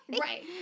Right